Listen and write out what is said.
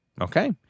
Okay